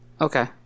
Okay